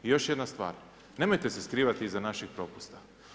I još jedna stvar, nemojte se skrivati iza naših propusta.